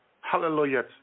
hallelujah